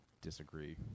disagree